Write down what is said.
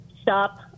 stop